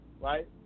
Right